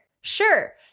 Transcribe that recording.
Sure